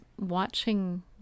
watching